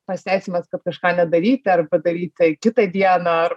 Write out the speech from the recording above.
pasiteisinimas kad kažką nedaryti ar padaryti kitą dieną ar